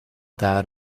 that